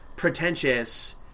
pretentious